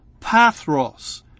Pathros